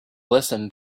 listen